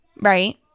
right